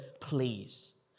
please